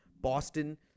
Boston